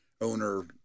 owner